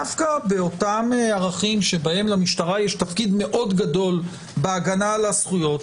דווקא באותם ערכים שבהם למשטרה יש תפקיד מאוד גדול בהגנה על הזכויות,